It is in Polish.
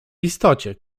istocie